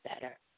better